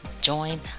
Join